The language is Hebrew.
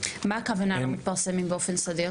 מה הכוונה לא מתפרסמים באופן סדיר?